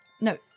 No